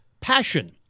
passion